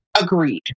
Agreed